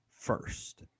first